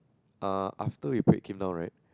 err after we break him down right